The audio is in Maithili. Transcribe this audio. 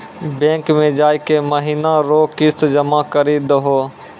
बैंक मे जाय के महीना रो किस्त जमा करी दहो